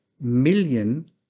million